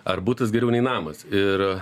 ar butas geriau nei namas ir